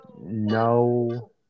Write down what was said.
No